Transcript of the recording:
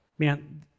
Man